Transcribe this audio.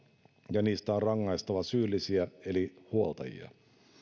ja niistä on rangaistava syyllisiä eli huoltajia